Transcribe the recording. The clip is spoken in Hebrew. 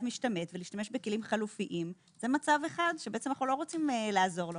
משתמט ומשתמש בכלים חלופיים זה מצב אחד שאנו לא רוצים לעזור לו.